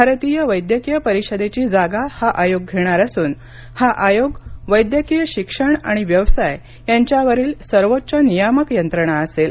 भारतीय वैद्यकीय परिषदेची जागा हा आयोग घेणार असून हा आयोग वैद्यकीय शिक्षण आणि व्यवसाय यांच्यावरील सर्वोच्च नियामक यंत्रणा असेल